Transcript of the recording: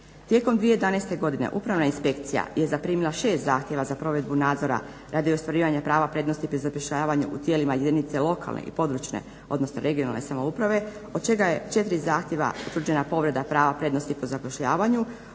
Tijekom 2011.godine Upravna inspekcija je zapremila 6 zahtjeva za provedbu nadzora radi ostvarivanja prava prednosti pri zapošljavanju u tijelima jedinica lokalne i područne odnosno regionalne samouprave od čega je 4 zahtjeva utvrđena povreda prava prednosti pri zapošljavanju